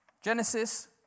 Genesis